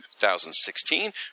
2016